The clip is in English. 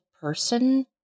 person